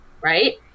Right